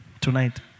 tonight